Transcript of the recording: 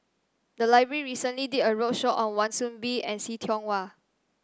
the library recently did a roadshow on Wan Soon Bee and See Tiong Wah